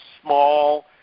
small